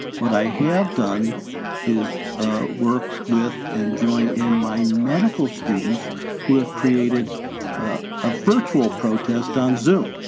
what i have done is ah work with and join in my medical students who have created a virtual protest on zoome